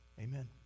amen